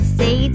say